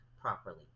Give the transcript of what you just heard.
properly